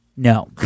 No